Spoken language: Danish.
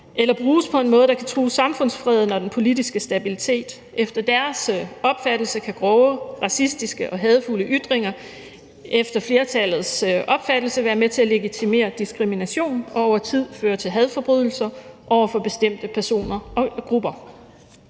eller bruges på en måde, der kan true samfundsfreden og den politiske stabilitet. Efter deres opfattelse, flertallets opfattelse, kan grove, racistiske og hadefulde ytringer være med til at legitimere diskrimination og over tid føre til hadforbrydelser over for bestemte personer og grupper.